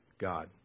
God